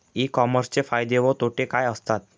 E कॉमर्सचे फायदे व तोटे काय असतात?